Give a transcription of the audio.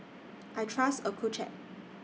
I Trust Accucheck